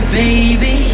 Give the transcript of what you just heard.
baby